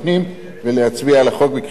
ולהצביע על החוק בקריאה שנייה ושלישית.